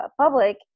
public